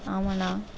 ஆமாண்ணா